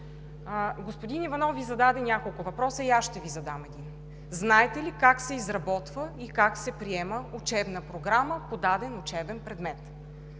Господин Иванов Ви зададе няколко въпроса и аз ще Ви задам един: знаете ли как се изработва и как се приема учебна програма по даден учебен предмет?